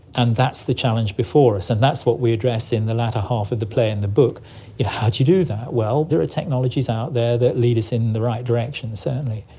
and that's the challenge before us, and that's what we address in the latter half of the play and the book how do you do that? well, there are technologies out there that lead us in the right direction certainly.